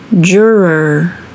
Juror